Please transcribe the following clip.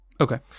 Okay